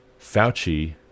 Fauci